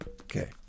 Okay